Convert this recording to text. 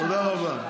תודה רבה.